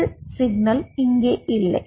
உங்கள் சமிக்ஞை இங்கே இல்லை